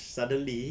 suddenly